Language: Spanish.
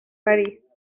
parís